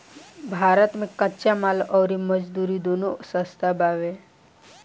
भारत मे कच्चा माल अउर मजदूरी दूनो सस्ता बावे